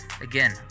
Again